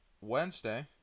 Wednesday